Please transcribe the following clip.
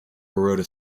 baroda